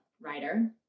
Writer